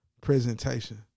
Presentation